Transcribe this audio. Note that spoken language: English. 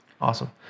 awesome